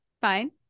fine